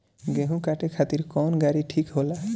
गेहूं काटे खातिर कौन गाड़ी ठीक होला?